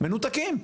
מנותקים.